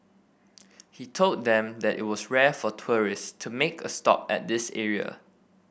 he told them that it was rare for tourists to make a stop at this area